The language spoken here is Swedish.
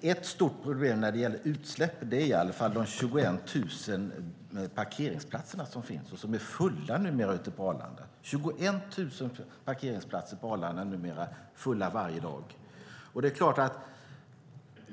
Ett stort problem när det gäller utsläpp är de 21 000 parkeringsplatserna som numera är fulla på Arlanda varje dag.